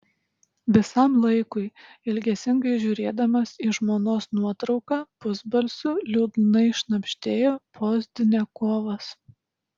visam laikui ilgesingai žiūrėdamas į žmonos nuotrauką pusbalsiu liūdnai šnabždėjo pozdniakovas